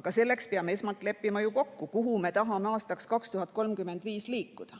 Aga selleks peame esmalt leppima ju kokku, kuhu me tahame aastaks 2035 liikuda.